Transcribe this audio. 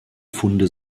funde